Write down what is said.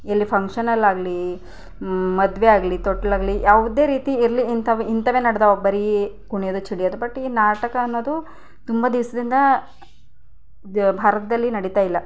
ಎಲ್ಲಿ ಫಂಕ್ಷನಲ್ಲಾಗ್ಲಿ ಮದುವೆ ಆಗಲಿ ತೊಟ್ಟಿಲಾಗ್ಲಿ ಯಾವುದೇ ರೀತಿ ಇರಲಿ ಇಂಥವು ಇಂಥವೇ ನಡೆದವ ಬರೀ ಕುಣಿಯೋದು ಚಿಡಿಯೋದು ಬಟ್ ಈ ನಾಟಕ ಅನ್ನೋದು ತುಂಬ ದಿವಸದಿಂದ ಇದು ಭಾರತದಲ್ಲಿ ನಡಿತಾಯಿಲ್ಲ